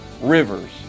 rivers